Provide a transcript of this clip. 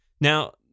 Now